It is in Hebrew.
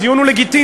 הדיון הוא לגיטימי,